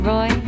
Roy